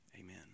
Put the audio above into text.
Amen